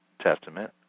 testament